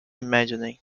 imagining